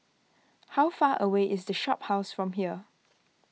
how far away is the Shophouse from here